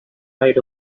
right